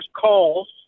calls